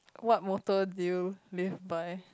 what motto do you live by